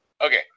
Okay